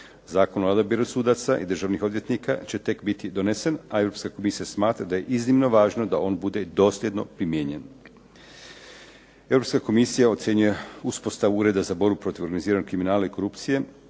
Zakon o odabiru sudaca i državnih odvjetnika će tek biti donesen, a Europska komisija smatra da je iznimno važno da on bude dosljedno primijenjen. Europska komisija ocjenjuje uspostavu Ureda za borbu protiv organiziranog kriminala i korupcije